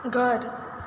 घर